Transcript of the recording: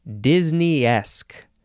Disney-esque